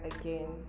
again